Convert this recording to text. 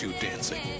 Dancing